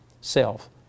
self